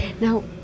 Now